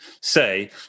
say